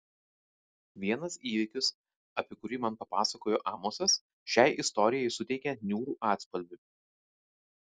vienas įvykis apie kurį man papasakojo amosas šiai istorijai suteikia niūrų atspalvį